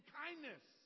kindness